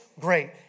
Great